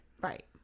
Right